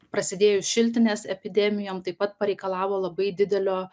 prasidėjus šiltinės epidemijom taip pat pareikalavo labai didelio